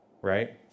right